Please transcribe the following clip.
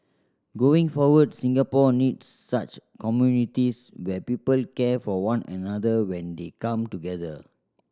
going forward Singapore needs such communities where people care for one another when they come together